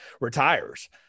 retires –